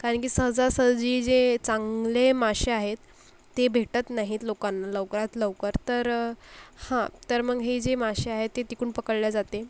कारण की सहजासहजी जे चांगले मासे आहेत ते भेटत नाहीत लोकांना लवकरात लवकर तर हो तर मग हे जे मासे आहेत ते तिकडून पकडल्या जाते